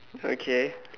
okay